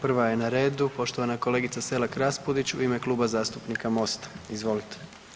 Prva je na redu poštovana kolegica Selak Raspudić u ime Kluba zastupnika Mosta, izvolite.